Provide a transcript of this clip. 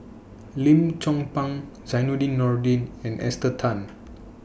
Lim Chong Pang Zainudin Nordin and Esther Tan